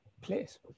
Please